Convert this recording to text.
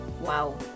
Wow